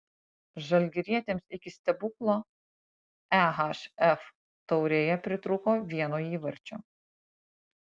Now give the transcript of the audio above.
žalgirietėms iki stebuklo ehf taurėje pritrūko vieno įvarčio